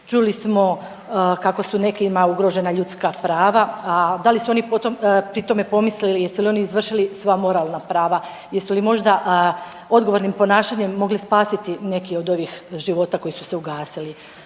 Čuli smo kako su nekima ugrožena ljudska prava, a da li su oni pri tome pomislili jesu li oni izvršili svoja moralna prava? Jesu li možda odgovornim ponašanjem mogli spasiti neki od ovih života koji su se ugasili?